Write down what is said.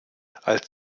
als